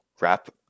wrap